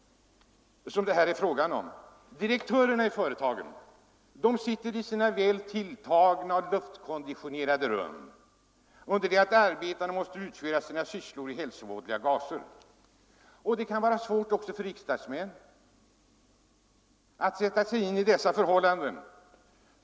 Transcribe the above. Direktörerna i företagen sitter i sina väl tilltagna och luftkonditionerade rum under det att arbetarna måste utföra sina sysslor i hälsovådliga gaser. Det kan vara svårt för riksdagsmän att sätta sig in i arbetarnas förhållanden.